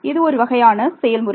இது ஒரு வகையான செயல்முறை